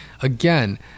Again